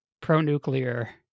pro-nuclear